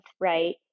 right